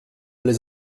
les